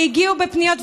הגיעו בפניות,